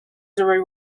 schreck